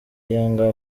yanga